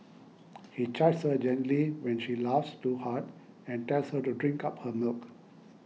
he chides her gently when she laughs too hard and tells her to drink up her milk